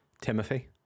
Timothy